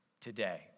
today